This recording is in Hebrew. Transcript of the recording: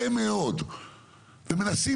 מנסים,